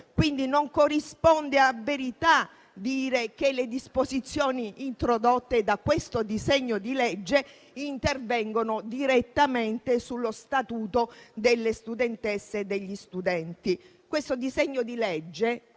Quindi non corrisponde a verità dire che le disposizioni introdotte da questo disegno di legge intervengono direttamente sullo Statuto delle studentesse e degli studenti. Questo disegno di legge,